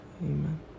Amen